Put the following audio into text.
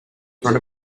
front